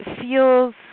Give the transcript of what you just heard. feels